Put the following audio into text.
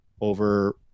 over